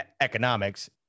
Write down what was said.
economics